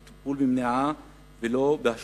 בטיפול במניעה ולא בהשלכות.